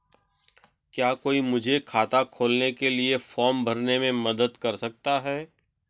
क्या कोई मुझे खाता खोलने के लिए फॉर्म भरने में मदद कर सकता है?